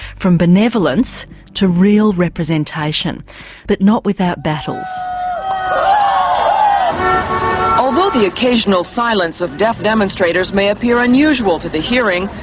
from benevolence to real representation but not without battles. um although the occasional silence of deaf demonstrators may appear unusual to the hearing,